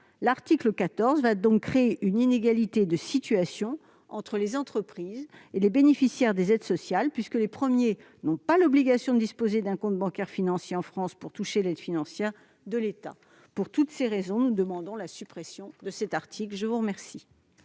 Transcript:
L'article 14 va donc créer une inégalité de situation entre les entreprises et les bénéficiaires des aides sociales, puisque les premiers n'ont pas d'obligation de disposer d'un compte bancaire financier en France pour toucher l'aide financière de l'État. Pour toutes ces raisons, nous demandons la suppression de cet article. Quel